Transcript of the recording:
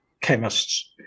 chemists